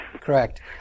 Correct